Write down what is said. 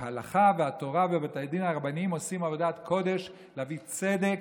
ההלכה והתורה ובתי הדין הרבניים עושים עבודת קודש להביא צדק,